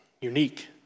unique